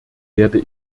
werde